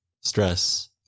stress